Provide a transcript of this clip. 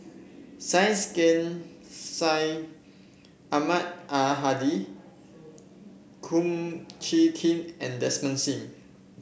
Syed Sheikh Syed Ahmad Al Hadi Kum Chee Kin and Desmond Sim